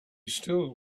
still